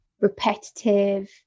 repetitive